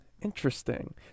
Interesting